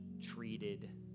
treated